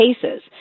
cases